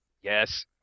Yes